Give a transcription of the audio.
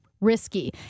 risky